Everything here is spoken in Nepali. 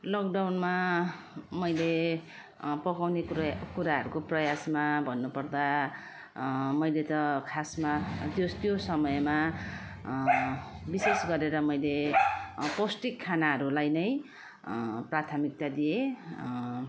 लकडाउनमा मैले पकाउने कुरा कुराहरूको प्रयासमा भन्नु पर्दा मैले त खासमा त्यो त्यो समयमा विशेष गरेर मैले पौष्टिक खानाहरूलाई नै प्राथमिकता दिएँ